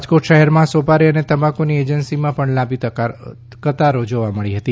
રાજકોટ શહેરમાં સોપારી અને તમાકુની એજન્સીમાં લાંબી કતારો લાગી હતી